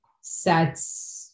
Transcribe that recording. sets